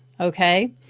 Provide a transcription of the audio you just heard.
okay